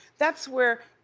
that's where,